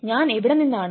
ഞാൻ എവിടെ നിന്നാണ്